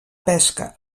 pesca